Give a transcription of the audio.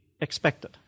expected